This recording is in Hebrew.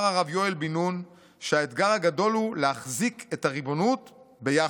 אמר הרב יואל בן נון שהאתגר הגדול הוא להחזיק את הריבונות ביחד.